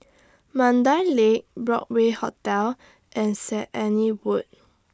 Mandai Lake Broadway Hotel and Saint Anne's Wood